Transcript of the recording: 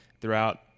throughout